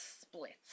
splits